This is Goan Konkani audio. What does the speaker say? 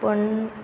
पूण